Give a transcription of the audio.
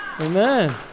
Amen